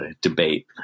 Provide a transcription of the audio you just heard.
debate